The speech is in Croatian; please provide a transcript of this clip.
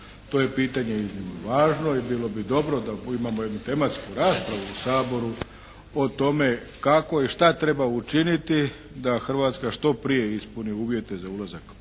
To je pitanje iznimno važno i bilo bi dobro da imamo jednu tematsku raspravu u Saboru o tome kako i šta treba učiniti da Hrvatska što prije ispuni uvjete za ulazak